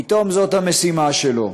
פתאום זאת המשימה שלו.